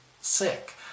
sick